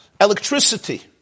Electricity